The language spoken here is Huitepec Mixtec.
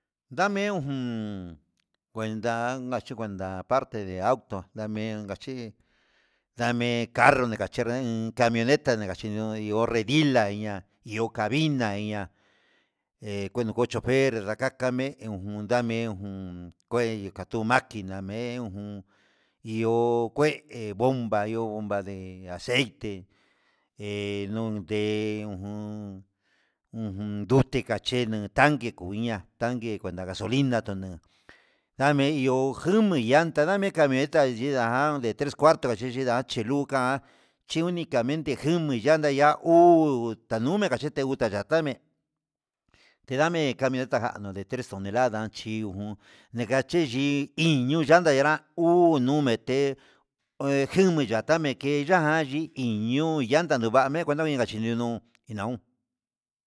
Ndame juh cuenta jachunguenda aparte ndiatu ngame achí dame carro ngachina hi camioneta ngachina hí, nio reyila ña'a iho kaviña ya iña he kueni ko cofer dakakame ujun dame jun, gue tu maquina ye'e he jun ihó ngué bomba ihó bomba de aceite he nunde ujun, he ndute kachene tanque kuiña tanque nguena gasolina ndunuu ndame ihó ndume llanda ndameka ndeta yindajan de tres cuarto ngachichila che luka'a chiunikamente chiumelaya teya uu nuni kachete tandatame, tendame camioneta kano de tres tonelada jan chíujun nekachere iin ne llanda nuu uu, numete njunmi yato'o ndameke nana ni iin ño'o llanda numane nakuenta nachi ni uun ndegaun.